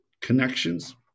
connections